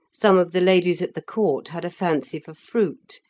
some of the ladies at the court had a fancy for fruit,